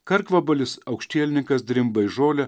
karkvabalis aukštielninkas drimba į žolę